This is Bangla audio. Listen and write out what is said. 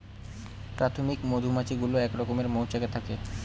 প্রাথমিক মধুমাছি গুলো এক রকমের মৌচাকে থাকে